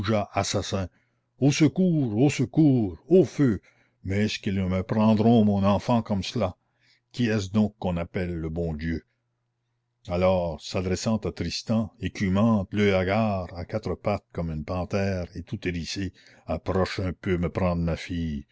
assassins au secours au secours au feu mais est-ce qu'ils me prendront mon enfant comme cela qui est-ce donc qu'on appelle le bon dieu alors s'adressant à tristan écumante l'oeil hagard à quatre pattes comme une panthère et toute hérissée approche un peu me prendre ma fille